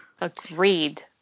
Agreed